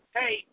hey